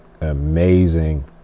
amazing